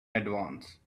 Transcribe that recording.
advance